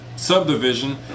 Subdivision